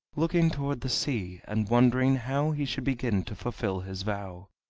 looking toward the sea, and wondering how he should begin to fulfill his vow.